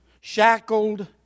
shackled